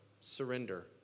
Surrender